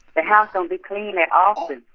the house don't be clean that often,